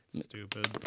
Stupid